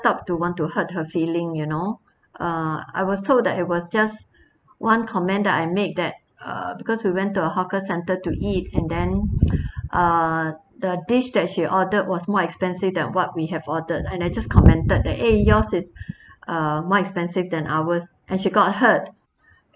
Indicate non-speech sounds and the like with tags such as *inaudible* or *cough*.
thought to want to hurt her feeling you know uh I was told that it was just one comment that I make that uh because we went to a hawker centre to eat and then *noise* uh the dish that she ordered was more expensive than what we have ordered and I just commented that eh yours is uh more expensive than ours and she got hurt